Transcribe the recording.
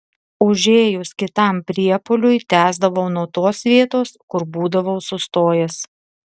užėjus kitam priepuoliui tęsdavau nuo tos vietos kur būdavau sustojęs